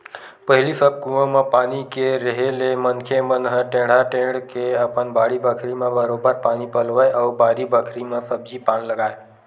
पहिली सब कुआं म पानी के रेहे ले मनखे मन ह टेंड़ा टेंड़ के अपन बाड़ी बखरी म बरोबर पानी पलोवय अउ बारी बखरी म सब्जी पान लगाय